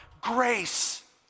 grace